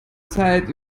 zeit